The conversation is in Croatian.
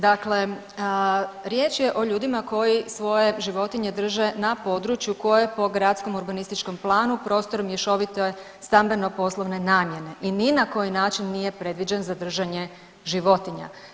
Dakle, riječ je o ljudima koji svoje životinje drže na području koje po gradskom urbanističkom planu prostor mješovite stambeno-poslovne namjene i ni na koji način nije predviđen za držanje životinja.